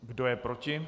Kdo je proti?